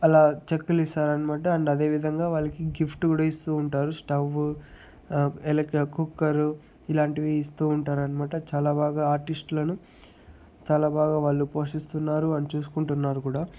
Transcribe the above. అలా చెక్కులు ఇస్తారనమాట అండ్ అదే విధంగా వాళ్ళకి గిఫ్ట్ కూడా ఇస్తూ ఉంటారు స్టవ్వు ఎలెట్రిక్ కుక్కరు ఇలాంటివి ఇస్తూ ఉంటారన్నమాట చాలా బాగా ఆర్టిస్ట్లను చాలా బాగా వాళ్ళు పోషిస్తున్నారు అండ్ చూసుకుంటున్నారు కూడా